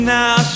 now